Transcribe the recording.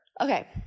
Okay